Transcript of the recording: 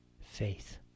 faith